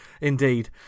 Indeed